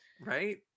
Right